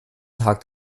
tag